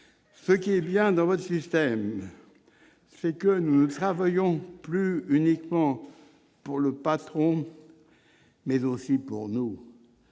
Ce qui est bien dans votre système, c'est que nous ne travaillons plus uniquement pour le patron, mais aussi pour nous.